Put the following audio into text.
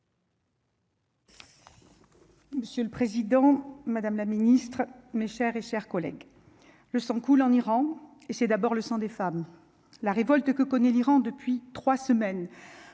Monsieur le Président, Madame la Ministre, mes chères et chers collègues, le sang coule en Iran, et c'est d'abord le sang des femmes, la révolte que connaît l'Iran depuis 3 semaines,